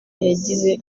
yagize